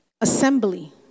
assembly